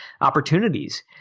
opportunities